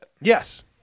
Yes